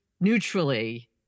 neutrally